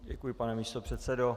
Děkuji, pane místopředsedo.